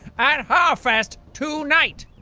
at harfest. to. night!